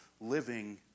living